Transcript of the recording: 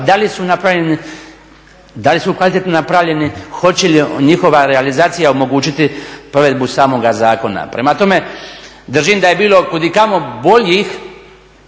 da li su kvalitetno napravljeni, hoće li njihova realizacija omogućiti provedbu samoga zakona. Prema tome, držim da je bilo kudikamo boljih,